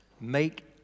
make